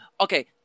Okay